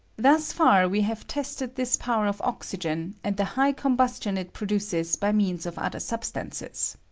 thus far we have tested this power of oxygen, and the high combustion it produces by means of other substances.